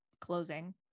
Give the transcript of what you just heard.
closing